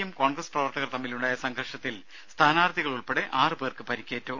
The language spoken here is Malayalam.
എം കോൺഗ്രസ് പ്രവർത്തകർ തമ്മിലുണ്ടായ സംഘർഷത്തിൽ സ്ഥാനാർത്ഥികൾ ഉൾപ്പെടെ ആറ് പേർക്ക് പരിക്കേറ്റു